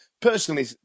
Personally